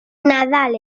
nadal